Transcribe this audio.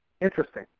interesting